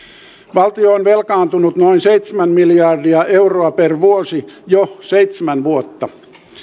valtio on velkaantunut noin seitsemän miljardia euroa per vuosi jo seitsemän vuotta